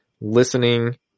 listening